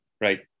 right